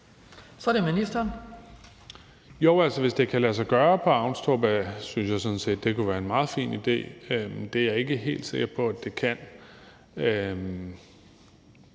(Kaare Dybvad Bek): Jo, altså, hvis det kan lade sig gøre på Avnstrup, synes jeg sådan set, det kunne være en meget fin idé. Det er jeg ikke helt sikker på det kan.